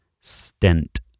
stent